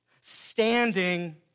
standing